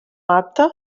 apte